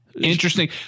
Interesting